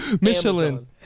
Michelin